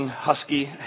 husky